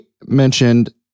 mentioned